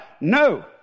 No